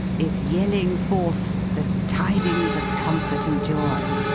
is yelling forth the tidings of comfort and joy.